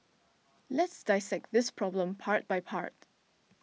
let's dissect this problem part by part